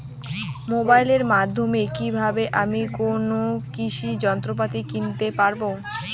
মোবাইলের মাধ্যমে কীভাবে আমি কোনো কৃষি যন্ত্রপাতি কিনতে পারবো?